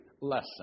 lesson